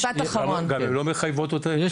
הם גם לא מחייבות --- בבקשה, משפט אחרון.